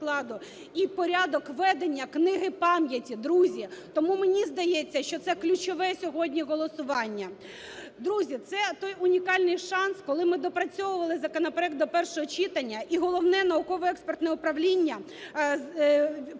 в порядок ведення Книги пам'яті, друзі. Тому мені здається, що це ключове сьогодні голосування. Друзі, це той унікальний шанс, коли ми доопрацьовували законопроект до першого читання, і Головне науково-експертне управління,